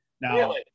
Now